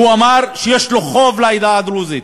הוא אמר שיש לו חוב לעדה הדרוזית,